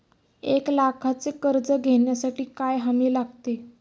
एक लाखाचे कर्ज घेण्यासाठी काय हमी लागते?